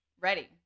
Ready